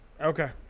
Okay